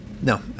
No